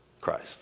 Christ